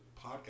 podcast